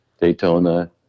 Daytona